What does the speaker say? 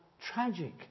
tragic